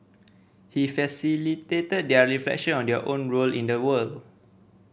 he facilitated their reflection on their own role in the world